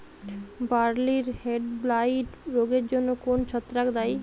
বার্লির হেডব্লাইট রোগের জন্য কোন ছত্রাক দায়ী?